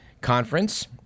Conference